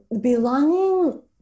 belonging